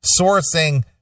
sourcing